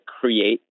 create